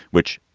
which,